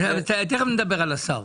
תיכף נדבר על השר,